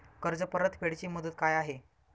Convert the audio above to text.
कर्ज परतफेड ची मुदत काय आहे?